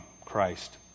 Christ